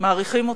מעריכים אותך,